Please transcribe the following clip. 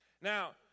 Now